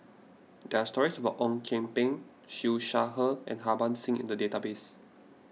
there are stories about Ong Kian Peng Siew Shaw Her and Harbans Singh in the database